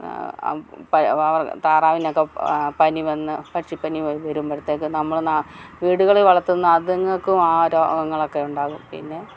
താറാവിനൊക്കെ പനി വന്ന് പക്ഷി പനി വരുമ്പോഴത്തേക്ക് നമ്മൾ വീടുകളിൽ വളർത്തുന്ന അതിങ്ങൾക്കും ആ രോഗങ്ങളൊക്കെയുണ്ടാകും പിന്നെ